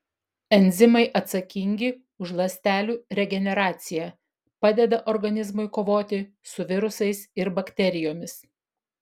enzimai atsakingi už ląstelių regeneraciją padeda organizmui kovoti su virusais ir bakterijomis